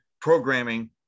Programming